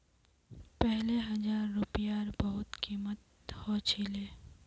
पहले हजार रूपयार बहुत कीमत ह छिले